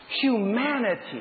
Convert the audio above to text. humanity